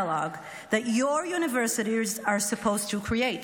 that your universities are supposed to create.